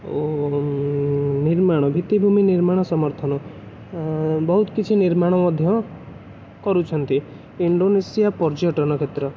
ଓ ନିର୍ମାଣ ଭିତ୍ତିଭୂମି ନିର୍ମାଣ ସମର୍ଥନ ବହୁତ କିଛି ନିର୍ମାଣ ମଧ୍ୟ କରୁଛନ୍ତି ଇଣ୍ଡୋନେସିଆ ପର୍ଯ୍ୟଟନ କ୍ଷେତ୍ର